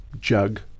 jug